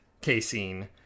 casein